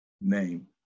name